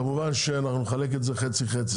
כמובן שנחלק את זה חצי-חצי,